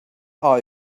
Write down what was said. are